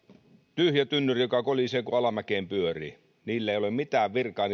tyhjä tynnyri joka kolisee kun alamäkeen pyörii niillä lupauksilla ei ole mitään virkaa